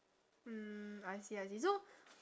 mm I see I see so